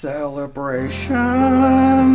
Celebration